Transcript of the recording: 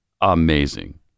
Amazing